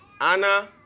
Anna